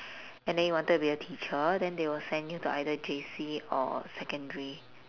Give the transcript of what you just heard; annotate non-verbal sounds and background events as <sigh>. <breath> and then you wanted to be a teacher then they will send you to either J_C or secondary